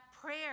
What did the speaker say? prayer